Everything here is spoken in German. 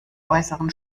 äußeren